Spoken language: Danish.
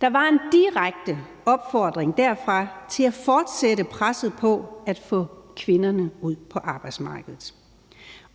Der var en direkte opfordring derfra til at fortsætte presset for at få kvinderne ud på arbejdsmarkedet,